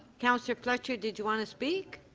councillor fletcher did you want to speak?